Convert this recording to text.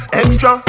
extra